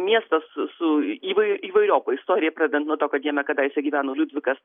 miestas su įvai įvairiopa istorija pradedant nuo to kad jame kadaise gyveno liudvikas